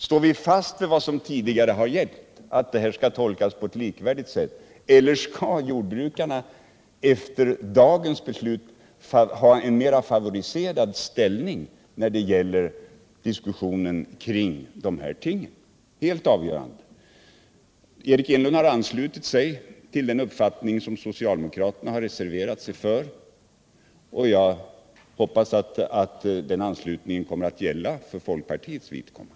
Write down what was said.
Står vi fast vid vad som tidigare gällt, nämligen att det skall vara likvärdiga förhållanden, eller skall jordbrukarna efter dagens beslut ha en mer favoriserad ställning när det gäller diskussionen kring dessa ting? Det är helt avgörande. Eric Enlund har anslutit sig till den uppfattning som socialdemokraterna reserverat sig för, och jag hoppas att den anslutningen kommer att gälla för folkpartiets vidkommande.